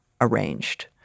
arranged